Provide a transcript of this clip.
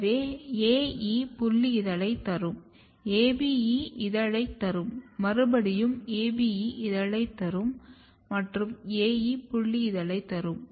எனவே A E புல்லி இதழை தரும் ABE இதழை தரும் மறுபயடியும் ABE இதழை தரும் மற்றும் AE புல்லி இதழை தரும்